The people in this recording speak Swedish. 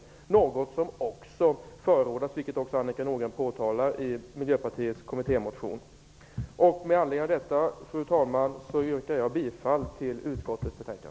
Detta är något som också förordas, vilket Annika Med anledning av detta, fru talman, yrkar jag bifall till utskottets hemställan.